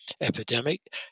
epidemic